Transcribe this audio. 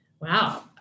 Wow